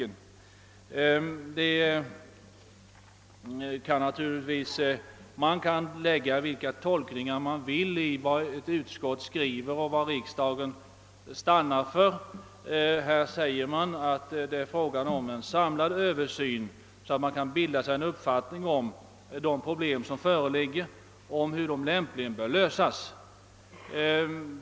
Utskottet skriver att det enligt utskottets mening är angeläget att man på grundval av en samlad översyn bildar sig en uppfattning om de problem som föreligger och hur de lämpligen bör lösas.